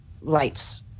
lights